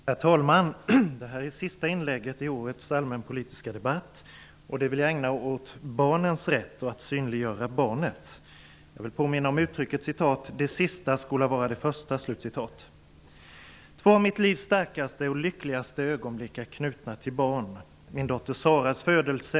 Herr talman! Det här är det sista inlägget i vårens allmänpolitiska debatt. Det vill jag ägna åt barnens rätt och till att synliggöra barnet. Jag vil påminna om uttrycket ''De sista skola vara de första''. Två av mitt livs starkaste och lyckligaste ögonblick är knutna till barn. Det ena är min dotter Saras födelse.